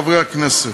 חברי הכנסת,